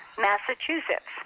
Massachusetts